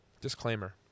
Disclaimer